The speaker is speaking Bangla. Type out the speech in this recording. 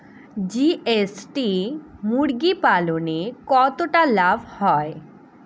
জি.এস.টি মুরগি পালনে কতটা লাভ হয়?